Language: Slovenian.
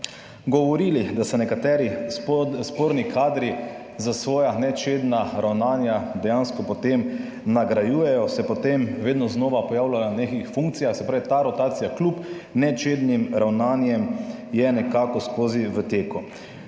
govorili, da se nekateri sporni kadri za svoja nečedna ravnanja dejansko, potem nagrajujejo se, potem vedno znova pojavljajo na nekih funkcijah, se pravi ta rotacija kljub nečednim ravnanjem je nekako skozi v teku.